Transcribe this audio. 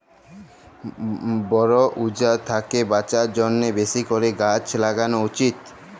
বল উজাড় থ্যাকে বাঁচার জ্যনহে বেশি ক্যরে গাহাচ ল্যাগালো উচিত